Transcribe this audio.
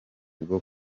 bwo